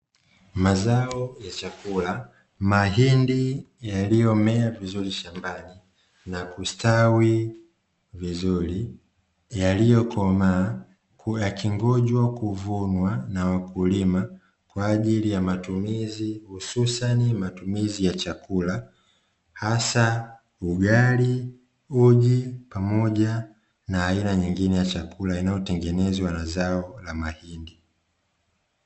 Mazao ya chakula mahindi yaliyomea vizuri shambani na kustawi vizuri, yaliyokomaa huku yakingojwa kuvunwa na wakulima kwa ajili ya matumizi, hususani matumizi ya chakula hasa ugali, uji pamoja na aina nyingine ya chakula inayotengenezwa na zao la mahindi.